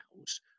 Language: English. house